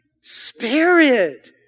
spirit